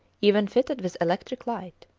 even fitted with electric light.